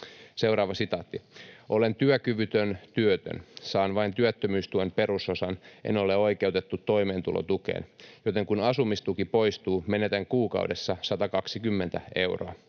halvassa asunnossa.” ”Olen työkyvytön, työtön. Saan vain työttömyystuen perusosan. En ole oikeutettu toimeentulotukeen, joten kun asumistuki poistuu, menetän kuukaudessa 120 euroa.